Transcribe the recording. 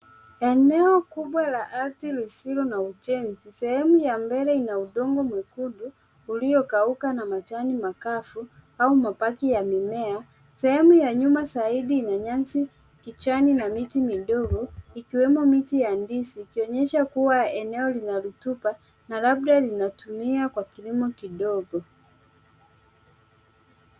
Eneo kubwa la ardhi lisilo na ujenzi. Sehemu ya mbele ina udongo mwekundu uliokauka na majani makavu au mabaki ya mimea. Sehemu ya nyuma zaidi ina nyasi kijani na miti midogo ikiwemo miti ya ndizi ikionyesha kuwa eneo lina rutuba na labda linatumia kwa kilimo kidogo.